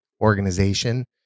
organization